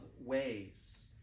ways